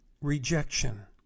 rejection